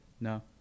No